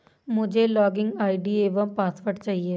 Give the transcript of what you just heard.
मुझें login ID एवं password चाहिए